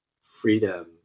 freedom